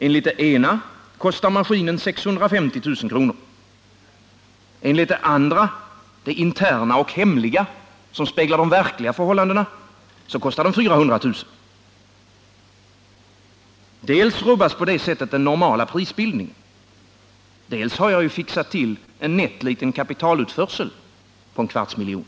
Enligt det ena kostar maskinen 650 000 kr. Enligt det andra, det interna och hemliga som speglar de verkliga förhållandena, kostar den 400 000 kr. Dels rubbas på det sättet den normala prisbildningen, dels har jag ju fixat till en nätt liten kapitalutförsel på en kvarts miljon.